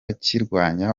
kirwanya